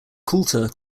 coulter